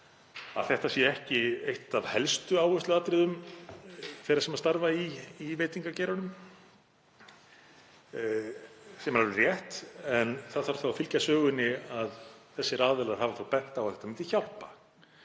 að það sé ekki eitt af helstu áhersluatriðum þeirra sem starfa í veitingageiranum, sem er alveg rétt. Það þarf þá að fylgja sögunni að þessir aðilar hafa þó bent á að þetta myndi hjálpa.